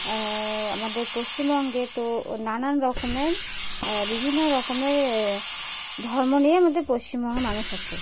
আমাদের পশ্চিমবঙ্গে তো নানান রকমের বিভিন্ন রকমের ধর্ম নিয়ে আমাদের পশ্চিমবঙ্গের মানুষ আছে